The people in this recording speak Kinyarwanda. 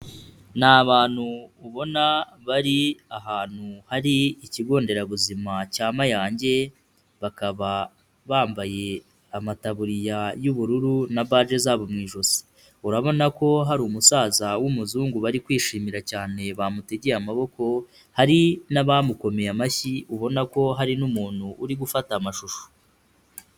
Ni abantu ubona bari ahantu hari ikigo nderabuzima cya Mayange, bakaba bambaye amatabuririya y'ubururu na bje zabo mu ijosi, urabona ko hari umusaza w'umuzungu bari kwishimira cyane, bamutegeye amaboko hari n'abamukomeye amashyi ubona ko hari n'umuntu uri gufata amashusho.